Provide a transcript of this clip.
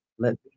let